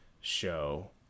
show